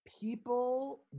people